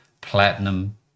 platinum